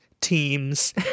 team's